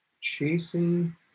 Chasing